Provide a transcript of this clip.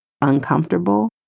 uncomfortable